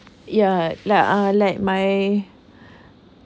ya like ah like my